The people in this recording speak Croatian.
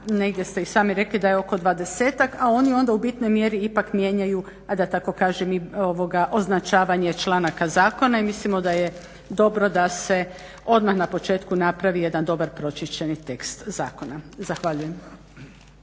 Negdje ste i sami rekli da je oko 20-ak a oni onda u bitnoj mjeri ipak mijenjaju da tako kažem i označavanje članaka zakona i mislimo da je dobro da se odmah na početku napravi jedan dobar pročišćeni tekst zakona. Zahvaljujem.